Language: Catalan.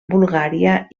bulgària